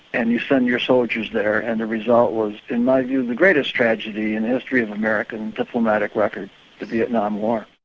and you send your soldiers there, and the result was in my view the greatest tragedy in the history of american diplomatic record, the vietnam war.